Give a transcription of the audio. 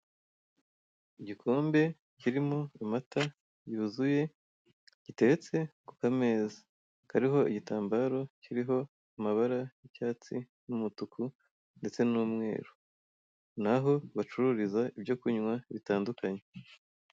Igikombe kirimo amata yuzuye, giteretse ku kameza. Kariho igitambaro kiriho amabara y'icyatsi n'umutuku ndetse n'umweru. Ni aho bacururiza ibyo kunywa bitandukanye.